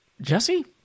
Jesse